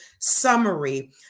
summary